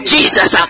Jesus